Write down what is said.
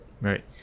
Right